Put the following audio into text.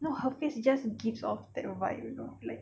no her face just gives off that vibe you know like